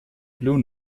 blue